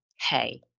hey